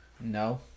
No